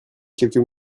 quelques